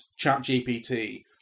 ChatGPT